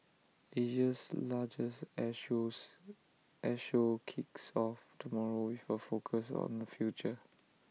Asia's largest air shows air show kicks off tomorrow with A focus on the future